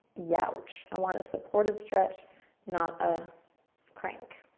yowch. i want a supported stretch not a crank.